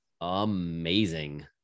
amazing